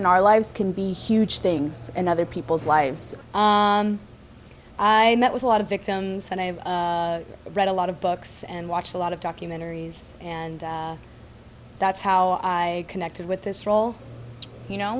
in our lives can be huge things in other people's lives i met with a lot of victims and i read a lot of books and watched a lot of documentaries and that's how i connected with this role you know